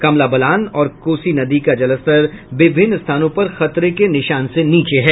कमला बलान और कोसी नदी का जलस्तर विभिन्न स्थानों पर खतरे के निशान से नीचे है